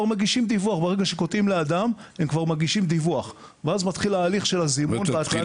ברגע שקוטעים לאדם הם כבר מגישים דיווח ואז מתחיל ההליך של זימון ועדה.